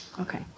Okay